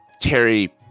Terry